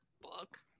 book